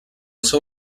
seu